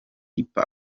hip